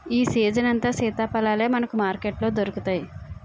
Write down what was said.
ఈ సీజనంతా సీతాఫలాలే మనకు మార్కెట్లో దొరుకుతాయి